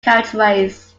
carriageways